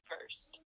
first